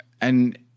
And-